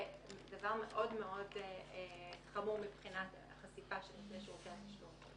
זה דבר מאוד חמור מבחינת חשפת נותני שירותי התשלום.